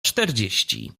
czterdzieści